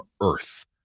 Earth